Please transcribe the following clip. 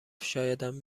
شایدم